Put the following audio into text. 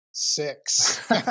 Six